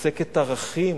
לצקת ערכים?